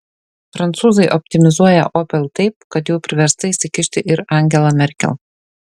prancūzai optimizuoja opel taip kad jau priversta įsikišti ir angela merkel